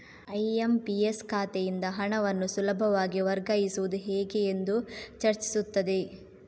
IMPS ಖಾತೆಯಿಂದ ಹಣವನ್ನು ಸುಲಭವಾಗಿ ವರ್ಗಾಯಿಸುವುದು ಹೇಗೆ ಎಂದು ಚರ್ಚಿಸುತ್ತದೆ